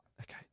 Okay